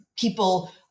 people